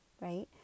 right